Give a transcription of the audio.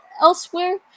elsewhere